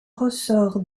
ressort